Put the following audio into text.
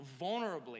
vulnerably